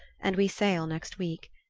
and we sail next week.